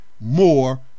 more